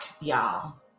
y'all